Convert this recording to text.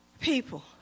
people